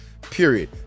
Period